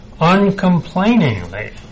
uncomplainingly